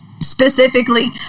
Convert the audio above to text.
Specifically